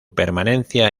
permanencia